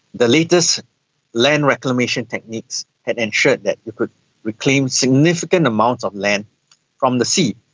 the latest land reclamation techniques had ensured that you could reclaim significant amounts of land from the sea.